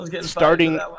starting